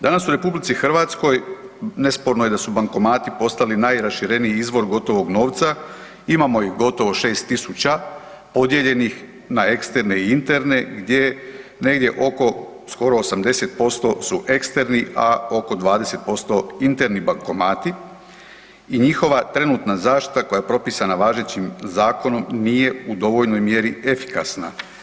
Danas u RH nesporno je da su bankomati postali najrašireniji izvor gotovog novca, imamo ih gotovo 6.000 podijeljenih na eksterne i interne gdje negdje oko skoro 80% su eksterni, a oko 20% interni bankomati i njihova trenutna zaštita koja je propisana važećim zakonom nije u dovoljnoj mjeri efikasna.